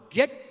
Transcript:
get